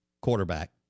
quarterback